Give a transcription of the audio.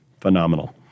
Phenomenal